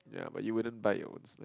ya but you wouldn't bite your owns like